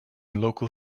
local